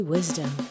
Wisdom